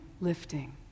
lifting